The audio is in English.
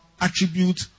attribute